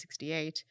1968